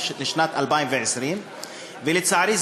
לשנת 2020. ולצערי,